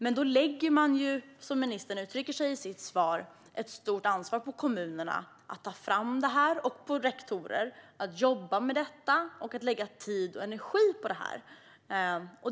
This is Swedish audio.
Men då lägger man ju, som ministern uttrycker sig i sitt svar, ett stort ansvar på kommuner och rektorer att ta fram och jobba med detta - att lägga tid och energi på det.